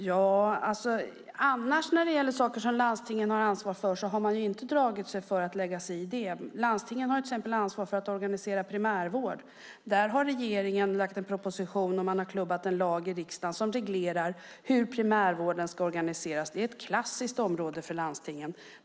Fru talman! Annars när det gäller saker som landstingen har ansvar för har man inte dragit sig för att lägga sig i. Landstingen har till exempel ansvar för att organisera primärvård. Där har regeringen lagt fram en proposition, och man har klubbat en lag i riksdagen som reglerar hur primärvården ska organiseras. Det är ett klassiskt område för landstingen.